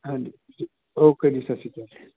ਹਾਂਜੀ ਓਕੇ ਜੀ ਸਤਿ ਸ਼੍ਰੀ ਅਕਾਲ